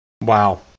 Wow